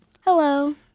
Hello